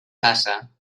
casa